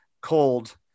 cold